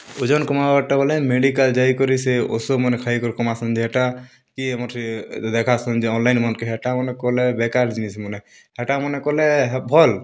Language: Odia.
ଓଜନ୍ କମାବାର୍ଟା ବେଲେ ମେଡ଼ିକାଲ୍ ଯାଇକରି ସେ ଓଷମନେ ଖାଇକରି କମାସନ୍ ଯେ ହେଟା କି ଆମର୍ ସେ ଦେଖାସନ୍ ଯେ ଅନ୍ଲାଇନ୍ ମନ୍କେ ହେଟା ମାନେ କଲେ ବେକାର୍ ଜିନିଷ୍ମନେ ହେଟାମାନେ କଲେ ଭଲ୍